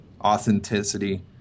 Authenticity